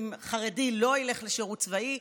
אם חרדי לא ילך לשירות צבאי,